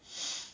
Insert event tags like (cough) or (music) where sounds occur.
(noise)